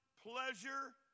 pleasure